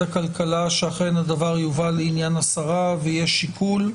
הכלכלה שאכן הדבר יובא לעניין השרה ויהיה שיקול,